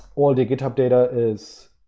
all the get up data is